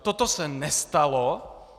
Toto se nestalo.